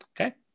Okay